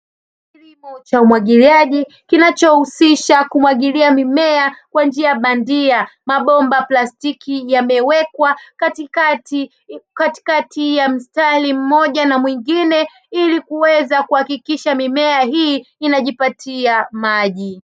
Kilimo cha umwagiliaji kinachohusisha kumwagilia mimea kwa njia bandia, mabomba ya pastiki yamewekwa katikati ya mstari mmoja na mwingine ili kuweza kuhakikisha mimea hii inajipatia maji.